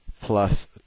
plus